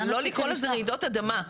ולא לקרוא לזה רעידות אדמה.